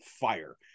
fire